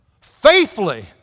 Faithfully